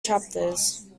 chapters